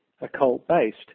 occult-based